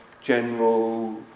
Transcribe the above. general